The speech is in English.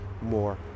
more